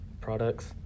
products